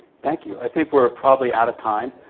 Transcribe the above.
thank you. i think we're probably out of time.